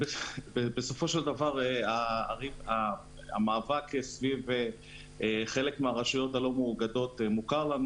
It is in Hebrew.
בסופו של דבר המאבק סביב חלק מהרשויות הלא מאוגדות מוכר לנו